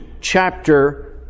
chapter